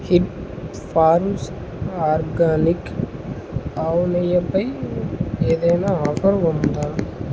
hit farms organic ఆవునెయ్యపై ఏదైనా offer ఉందా